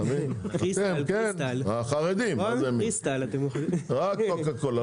אתם כן, החרדים רק קוקה קולה.